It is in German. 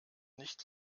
nicht